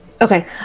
okay